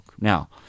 Now